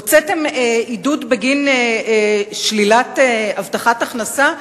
הוצאתם עידוד בגין שלילת הבטחת הכנסה?